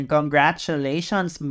Congratulations